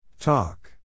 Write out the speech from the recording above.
Talk